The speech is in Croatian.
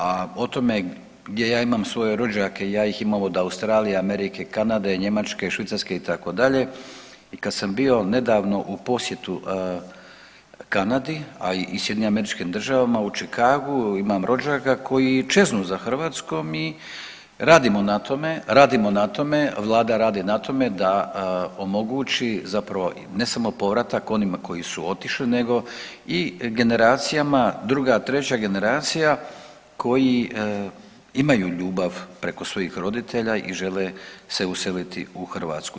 A o tome gdje ja imam svoje rođake, ja ih imam od Australije, Amerike, Kanade, Njemačke, Švicarske itd. i kad sam bio nedavno u posjetu Kanadi, a i SAD-u u Chicagu imam rođaka koji čeznu za Hrvatskom i radimo na tome, radimo na tome, vlada radi na tome da omogući zapravo ne samo povratak onima koji su otišli nego i generacijama druga, treća generacija koji imaju ljubav preko svojih roditelja i žele se useliti u Hrvatsku.